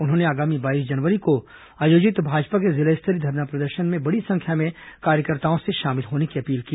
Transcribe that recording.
उन्होंने आगामी बाईस जनवरी को आयोजित भाजपा के जिला स्तरीय धरना प्रदर्शन में बड़ी संख्या में कार्यकर्ताओं से शामिल होने की अपील की